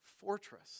fortress